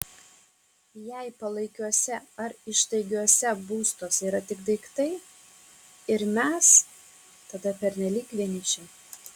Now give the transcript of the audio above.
jei palaikiuose ar ištaigiuose būstuose yra tik daiktai ir mes tada pernelyg vieniši